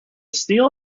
steel